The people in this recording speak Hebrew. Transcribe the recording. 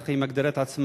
כך היא מגדירה את עצמה,